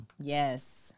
Yes